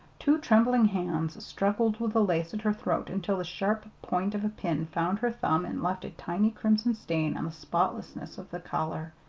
two trembling hands struggled with the lace at her throat until the sharp point of a pin found her thumb and left a tiny crimson stain on the spotlessness of the collar.